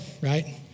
Right